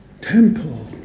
temple